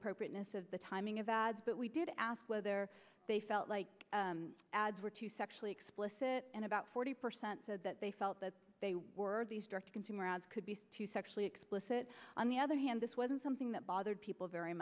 appropriateness of the timing of ads but we did ask whether they felt like ads were too sexually explicit and about forty percent said that they felt that they were these direct consumer ads sexually explicit on the other hand this wasn't something that bothered people very